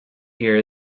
year